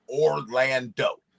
Orlando